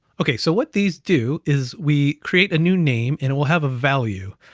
okay, so what these do is we create a new name, and it will have a value,